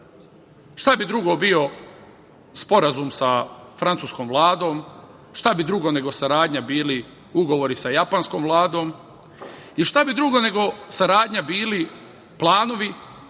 Šta bi drugo bio Sporazum sa francuskom Vladom, šta bi drugo nego saradnja bili ugovori sa japanskom Vladom i šta bi drugo nego saradnja bili planovi,